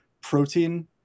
protein